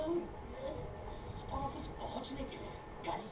हमरे घर में बस भईया कमान तब हमहन के लोन मिल जाई का?